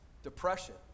Depression